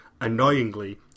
Annoyingly